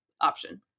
option